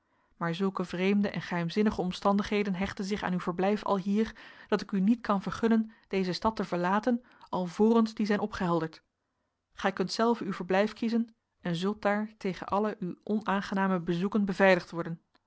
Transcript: maar zulke vreemde en geheimzinnige omstandigheden hechten zich aan uw verblijf alhier dat ik u niet kan vergunnen deze stad te verlaten alvorens die zijn opgehelderd gij kunt zelve uw verblijf kiezen en zult daar tegen alle u onaangename bezoeken beveiligd worden